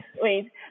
wait